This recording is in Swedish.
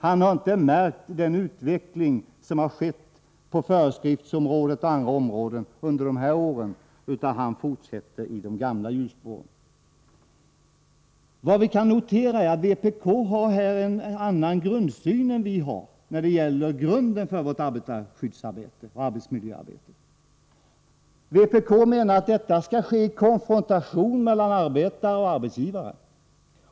Han har inte lagt märke till den utveckling som skett på föreskriftsområdet och andra områden under dessa år, utan han fortsätter i de gamla hjulspåren. Vad vi kan notera är att vpk här har en annan grundsyn än vi när det gäller arbetarskyddsoch arbetsmiljöarbetet. Vpk menar att detta arbete skall ske i konfrontation mellan arbetare och arbetsgivare.